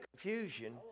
confusion